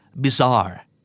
bizarre